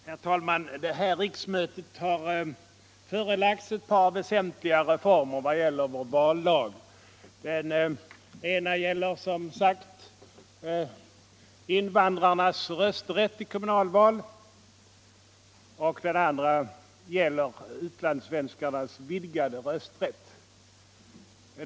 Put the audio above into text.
Herr talman! Det här riksmötet har förelagts ett par väsentliga reformer vad gäller vår vallag. Den ena avser som sagt invandrarnas rösträtt i kommunalval och den andra utlandssvenskarnas vidgade rösträtt.